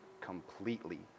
completely